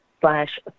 slash